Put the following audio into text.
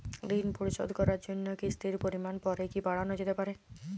ঋন পরিশোধ করার জন্য কিসতির পরিমান পরে কি বারানো যেতে পারে?